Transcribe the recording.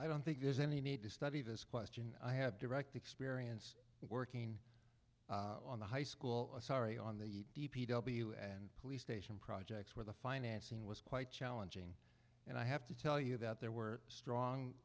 i don't think there's any need to study this question i have direct experience working on the high school sorry on the d p w and police station projects where the financing was quite challenging and i have to tell you that there were strong